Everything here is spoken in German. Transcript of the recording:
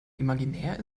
imaginär